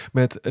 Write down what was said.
met